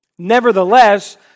Nevertheless